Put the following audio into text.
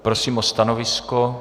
Prosím o stanovisko.